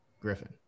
Griffin